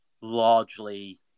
largely